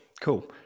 cool